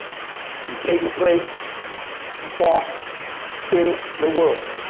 and paper plates and forks in the world.